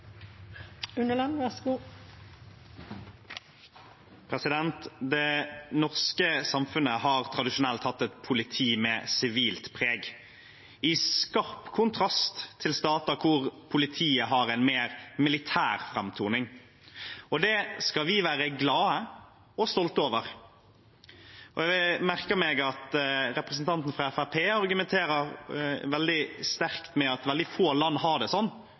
Det norske samfunnet har tradisjonelt hatt et politi med sivilt preg, i skarp kontrast til stater hvor politiet har en mer militær framtoning. Det skal vi være glad for og stolte over. Jeg merker meg at representanten fra Fremskrittspartiet argumenterer veldig sterkt med at veldig få land har det